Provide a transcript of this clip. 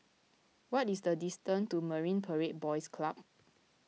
what is the distance to Marine Parade Boys Club